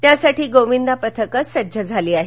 त्यासाठी गोविंदा पथकं सज्ज झाली आहेत